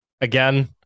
again